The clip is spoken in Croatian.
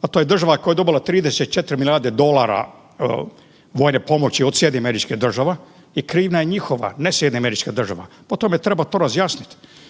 a to je država koja je dobila 34 milijarde dolara vojne pomoći od SAD-a i krivnja je njihova ne SAD-a, o tome treba to razjasniti.